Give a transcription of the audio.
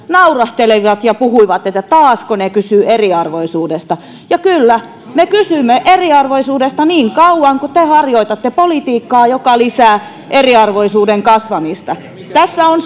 naurahtelivat ja puhuivat että taasko ne kysyvät eriarvoisuudesta ja kyllä me kysymme eriarvoisuudesta niin kauan kuin te harjoitatte politiikkaa joka lisää eriarvoisuuden kasvamista tässä on